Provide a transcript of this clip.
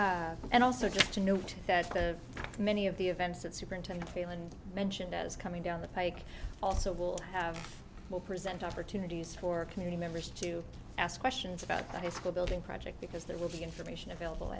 that and also just to note that many of the events that superintendent failand mentioned as coming down the pike also will have will present opportunities for community members to ask questions about that school building project because there will be information available